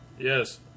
Yes